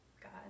God